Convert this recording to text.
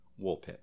Woolpit